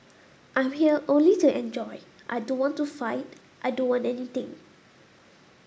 I'm here only to enjoy I don't want to fight I don't want anything